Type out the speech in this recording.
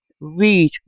read